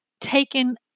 taken